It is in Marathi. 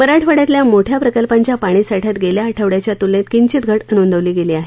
मराठवाङ्यातल्या मोठ्या प्रकल्पांच्या पाणीसाठ्यात गेल्या आठवङ्याच्या तुलनेत किंघित घट नोंदवली गेली आहे